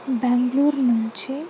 బెంగళూరు నుంచి